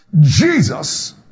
Jesus